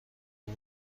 های